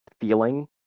feeling